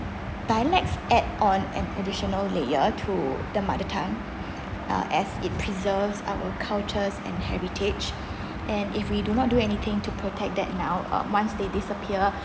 dialects add on an additional layer to the mother tongue uh as it preserves our cultures and heritage and if we do not do anything to protect that now um once they disappear